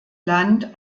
land